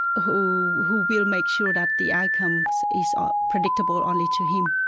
who who will make sure that the outcome is ah predictable only to him.